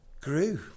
grew